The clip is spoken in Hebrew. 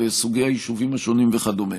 וסוגי היישובים השונים וכדומה.